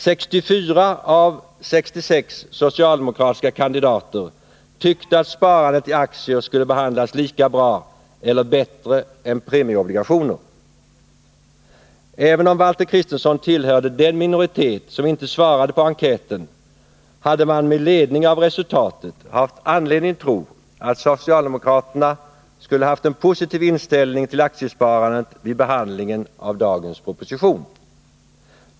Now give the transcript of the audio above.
64 av 66 socialdemokratiska kandidater tyckte att sparandet i aktier skulle behandlas lika bra som eller bättre än sparandet i premieobligationer. Även om Valter Kristenson tillhörde den minoritet som inte svarade på enkäten har man med ledning av resultatet anledning att tro att socialdemokraterna skulle ha haft en positiv inställning till aktiesparandet vid behandlingen av dagens proposition.